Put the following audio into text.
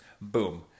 Boom